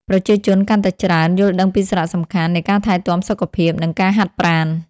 ប្រជាជនកាន់តែច្រើនយល់ដឹងពីសារៈសំខាន់នៃការថែទាំសុខភាព និងការហាត់ប្រាណ។